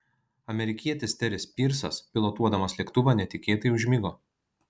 amerikietis teris pyrsas pilotuodamas lėktuvą netikėtai užmigo